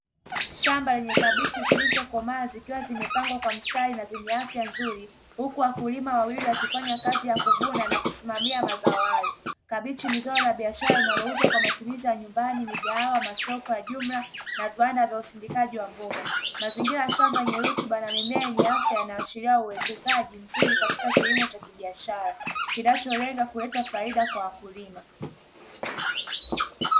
Shamba lenye Kabichi zilizokomaa zikiwa zimepangwa kwa mstari na zenye afya nzuri, huku wakulima wawili wakifanya kazi ya kuvuna na kusimamia mazao hayo. Kabichi ni zao la biashara linalouzwa kwa matumizi ya nyumbani, migahawa, masoko ya jumla na viwanda vya usindikaji wa mboga. Maingira ya shamba yenye rutuba na mimea yenye afya yanaashiria uwekezaji mzuri katika kilimo cha kibiashara kinacholenga kuleta faida kwa wakulima.